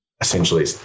essentially